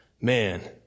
Man